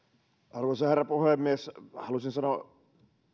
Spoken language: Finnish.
arvoisa herra puhemies halusin sanoa